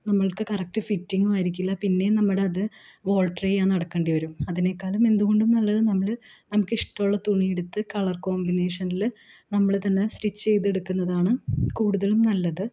നമ്മൾക്ക് കറക്ട് ഫിറ്റിങ്ങും ആയിരിക്കില്ല പിന്നെയും നമ്മുടെ അത് ആൾട്ടർ ചെയ്യാൻ നടക്കേണ്ടി വരും അതിനേക്കാളും എന്തുകൊണ്ടും നല്ലത് നമ്മൾ നമുക്ക് ഇഷ്ടമുള്ള തുണിയെടുത്ത് കളർ കോമ്പിനേഷനിൽ നമ്മൾ തന്നെ സ്റ്റിച്ച് ചെയ്തെടുക്കുന്നതാണ് കൂടുതലും നല്ലത്